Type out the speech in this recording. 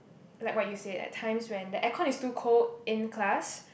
like what you said at times when the aircon is too cold in class